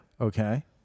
Okay